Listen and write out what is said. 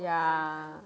ya